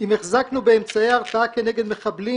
אם החזקנו באמצעי הרתעה כנגד מחבלים,